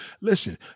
listen